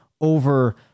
over